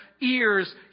ears